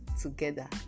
together